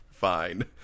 Fine